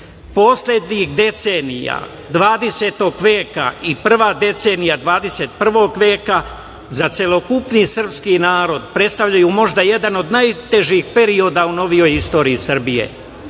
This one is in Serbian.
poslednjih decenija 20. veka i prva decenija 21. veka za celokupni srpski narod predstavljaju možda jedan od najtežih perioda u novijoj istoriji Srbije.